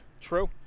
True